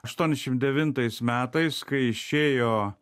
aštuoniasdešimt devintais metais kai išėjo